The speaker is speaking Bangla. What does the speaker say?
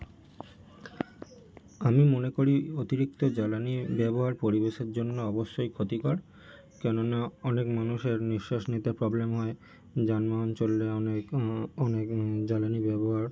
আমি মনে করি অতিরিক্ত জ্বালানী ব্যবহার পরিবেশের জন্য অবশ্যই ক্ষতিকর কেননা অনেক মানুষের নিশ্বাস নিতে প্রবলেম হয় যানবাহন চললে অনেক অনেক জ্বালানী ব্যবহার